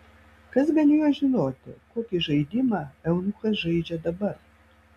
kas galėjo žinoti kokį žaidimą eunuchas žaidžia dabar